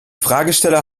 fragesteller